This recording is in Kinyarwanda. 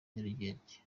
nyarugenge